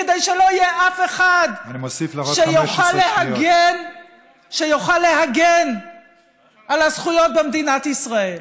כדי שלא יהיה אף אחד שיוכל להגן על הזכויות במדינת ישראל,